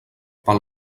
pel